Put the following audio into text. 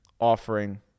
offering